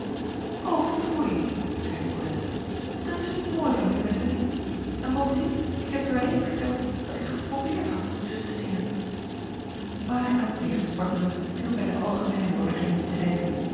foei zeî icolette dat is niet mooi van u ettemie en bovendien ik heb u alleen verteld dat ik geprobeerd had ze te zingen aar aan tegenspartelen viel bij de algemeene noodiging niet te denken